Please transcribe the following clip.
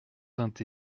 vingt